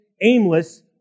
aimless